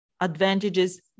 Advantages